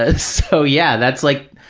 ah so yeah, that's like,